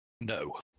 no